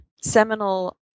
seminal